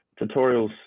tutorials